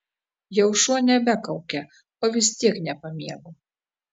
jau šuo nebekaukia o vis tiek nepamiegu